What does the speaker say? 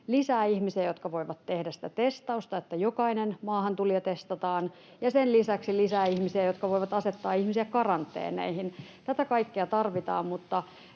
lisää ihmisiä, jotka voivat tehdä sitä testausta, että jokainen maahantulija testataan, ja sen lisäksi lisää ihmisiä, jotka voivat asettaa ihmisiä karanteeneihin. Tätä kaikkea tarvitaan,